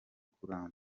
kuramba